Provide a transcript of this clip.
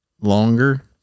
longer